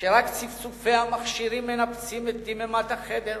כשרק צפצופי המכשירים מנפצים את דממת החדר,